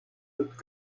haute